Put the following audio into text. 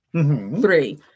Three